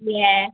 بھی ہے